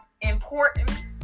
important